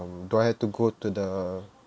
um do I have to go to the